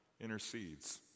intercedes